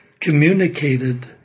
communicated